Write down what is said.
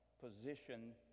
position